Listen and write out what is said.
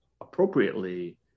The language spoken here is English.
appropriately